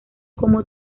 como